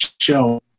show